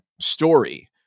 story